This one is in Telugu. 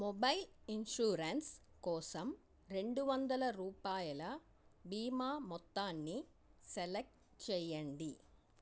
మొబైల్ ఇన్షూరెన్స్ కోసం రెండు వందల రూపాయల బీమా మొత్తాన్ని సెలెక్ట్ చేయండి